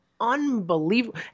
Unbelievable